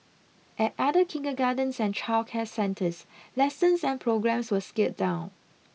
at other kindergartens and childcare centres lessons and programmes were scaled down